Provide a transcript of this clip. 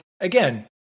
again